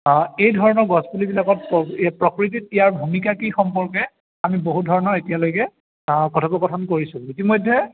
এই ধৰণৰ গছপুলিবিলাকত প্ৰকৃতিত ইয়াৰ ভূমিকা কি সম্পৰ্কে আমি বহু ধৰণৰ এতিয়ালৈকে কথোপকথন কৰিছোঁ ইতিমধ্যে